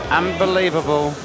unbelievable